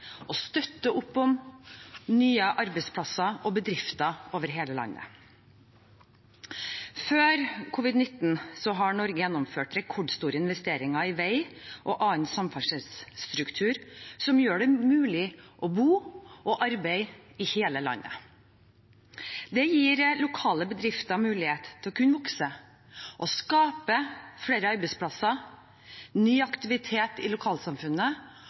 å skape aktivitet og støtte opp om nye arbeidsplasser og bedrifter over hele landet. Før covid-19 har Norge gjennomført rekordstore investeringer i vei og annen samferdselsstruktur som gjør det mulig å bo og arbeide i hele landet. Det gir lokale bedrifter mulighet til å kunne vokse og skape flere arbeidsplasser og ny aktivitet i lokalsamfunnene